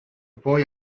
boy